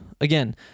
again